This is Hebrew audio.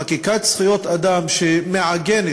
חקיקת זכויות אדם שמעגנת